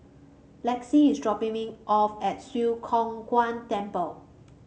Lexi is dropping me off at Swee Kow Kuan Temple